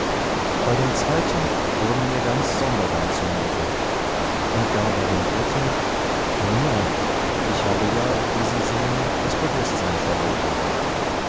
bei dem zweiten wurde mir ganz sonderbar zumute und gar bei dem dritten nun ja ich habe ja wie sie sehen das bewußtsein verloren